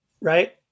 Right